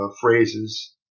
phrases